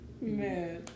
man